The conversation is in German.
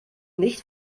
nicht